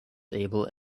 able